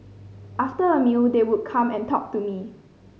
after a meal they would come and talk to me